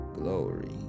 Glory